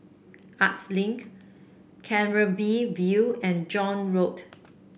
Arts Link View and John Road